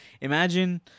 imagine